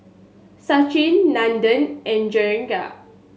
Sachin Nandan and Jehangirr